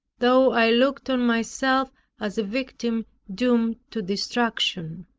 though i looked on myself as a victim doomed to destruction.